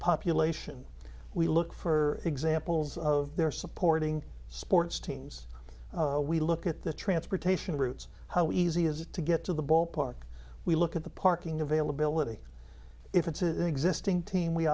population we look for examples of their supporting sports teams we look at the transportation routes how easy is it to get to the ballpark we look at the parking availability if it's a existing team we